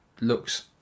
looks